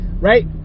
Right